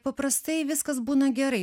paprastai viskas būna gerai